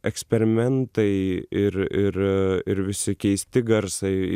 eksperimentai ir ir ir visi keisti garsai